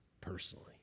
personally